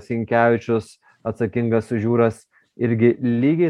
sinkevičius atsakingas už jūras irgi lygiai